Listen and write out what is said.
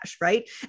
right